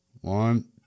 One